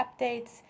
updates